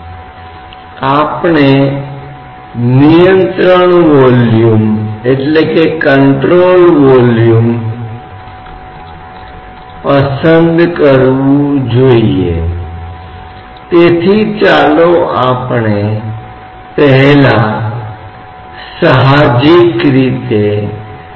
तो गैर विकृत तरल तत्व के लिए सतह बलों के बीच कोई अंतर नहीं है जो इस आरेख में प्रस्तुत किए जाते हैं और सतह बल जो तब होते हैं जब इसे त्वरण के साथ आगे बढ़ने के लिए कहा जाता है